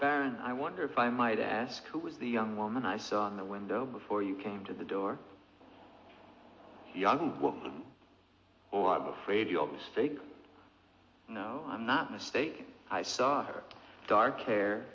baron i wonder if i might ask who was the young woman i saw on the window before you came to the door young woman or i'm afraid you'll be a steak no i'm not mistaken i saw her dark hair